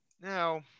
Now